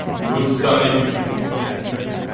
good, sunny, beautiful morning today.